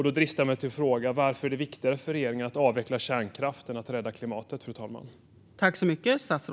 Då dristar jag mig till att fråga: Varför är det viktigare för regeringen att avveckla kärnkraften än att rädda klimatet, fru talman?